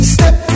Step